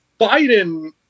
Biden